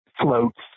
floats